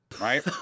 right